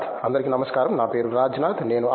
రాజ్నాథ్ అందరికీ నమస్కారం నా పేరు రాజ్నాథ్